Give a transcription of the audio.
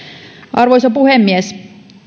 arvoisa puhemies